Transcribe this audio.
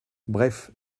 bref